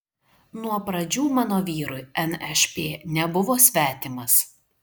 nuo pradžių mano vyrui nšp nebuvo svetimas